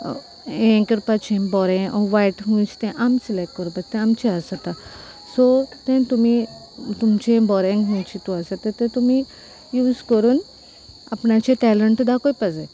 हे करपाचें बोरें वायट खुंयचे तें आम सिलेक्ट करपाचें आमचें आसता सो तें तुमी तुमचें बोरें खुंयचें तूं आसा तें तें तुमी यूज करून आपणाचें टॅलंट दाखोवपा जाय